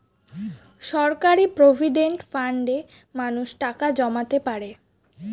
সরকারি প্রভিডেন্ট ফান্ডে মানুষ টাকা জমাতে পারে